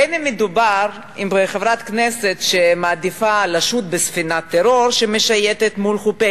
בין אם מדובר בחברת כנסת שמעדיפה לשוט בספינת טרור שמשייטת מול חופי